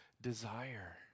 desire